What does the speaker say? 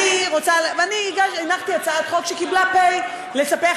אני הנחתי הצעת חוק שקיבלה "פ" לספח